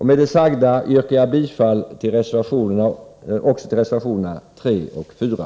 Med det sagda yrkar jag också bifall till reservationerna 3 och 4.